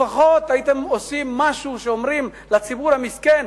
לפחות הייתם עושים משהו ואומרים לציבור המסכן,